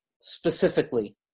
specifically